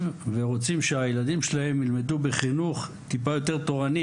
ורוצים שהילדים שלהם ילמדו בחינוך טיפה יותר תורני,